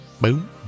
Boom